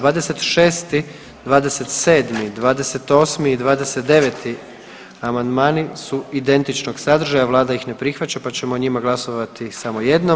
26., 27., 28. i 29. amandmani su identičnog sadržaja, vlada ih ne prihvaća, pa ćemo o njima glasovati samo jednom.